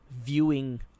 viewing